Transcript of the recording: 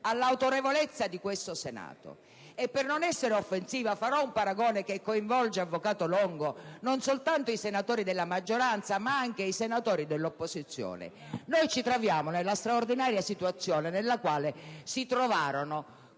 all'autorevolezza di questo Senato. E per non essere offensiva farò un paragone che coinvolge, avvocato Longo, non soltanto i senatori della maggioranza, ma anche quelli dell'opposizione: ci troviamo nella straordinaria situazione nella quale si trovarono